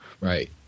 Right